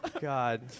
God